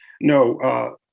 No